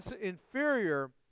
inferior